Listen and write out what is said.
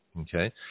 okay